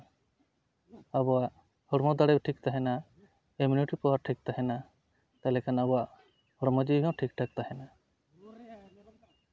ᱟᱵᱚᱣᱟᱜ ᱦᱚᱲᱢᱚ ᱫᱟᱲᱮ ᱴᱷᱤᱠ ᱛᱟᱦᱮᱱᱟ ᱤᱢᱤᱭᱩᱱᱤᱴᱤ ᱯᱟᱣᱟᱨ ᱴᱷᱤᱠ ᱛᱟᱦᱮᱱᱟ ᱛᱟᱦᱚᱞᱮ ᱠᱷᱟᱱ ᱟᱵᱚᱣᱟᱜ ᱦᱚᱲᱢᱚ ᱡᱤᱣᱤ ᱦᱚᱸ ᱴᱷᱟᱠᱼᱴᱷᱟᱠ ᱛᱟᱦᱮᱱᱟ